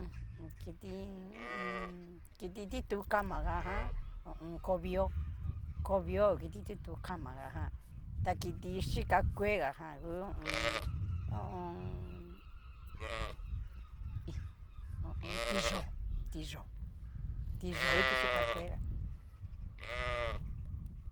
Ha kiti hu u un. kiti titú kamaga jan ho o on. kovio, kovio ngu kiti tiut kama ga jan, ta kiti chika kuega jan ngu ho o on. hí ho o on. ti'yóo, ti'yóo, ti'yóo ngu kiti yika kuega.